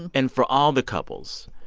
and and for all the couples,